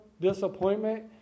disappointment